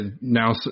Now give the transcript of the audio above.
now